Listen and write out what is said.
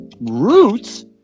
roots